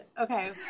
Okay